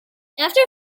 after